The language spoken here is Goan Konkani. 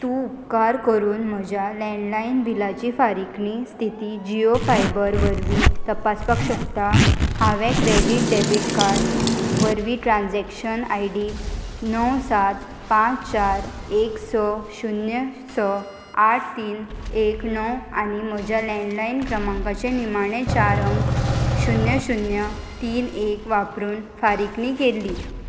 तूं उपकार करून म्हज्या लँडलायन बिलाची फारीकणी स्थिती जियो फायबर वरवीं तपासपाक शकता हांवें क्रॅडिट डेबीट कार्ड वरवीं ट्रान्जॅक्शन आय डी णव सात पांच चार एक स शुन्य स आठ तीन एक णव आनी म्हज्या लॅंडलायन क्रमांकाचे निमाणे चार अंक शुन्य शुन्य तीन एक वापरून फारीकणी केल्ली